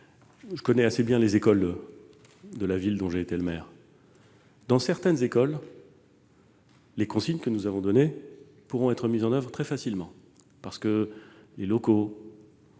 et très bien les écoles de la ville dont j'ai été maire. Dans certaines écoles, les consignes que nous avons données pourront être mises en oeuvre très facilement en raison de la